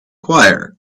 choir